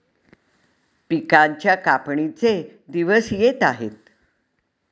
पिकांच्या कापणीचे दिवस येत आहेत